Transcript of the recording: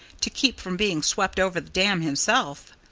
to keep from being swept over the dam himself.